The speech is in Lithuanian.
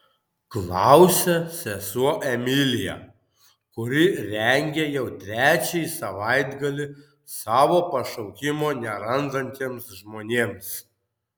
klausia sesuo emilija kuri rengia jau trečiąjį savaitgalį savo pašaukimo nerandantiems žmonėms